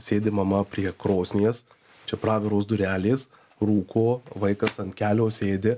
sėdi mama prie krosnies čia praviros durelės rūko vaikas ant kelio sėdi